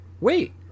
wait